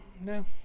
No